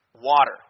water